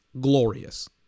glorious